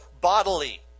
bodily